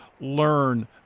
learn